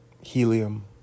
Helium